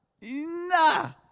Nah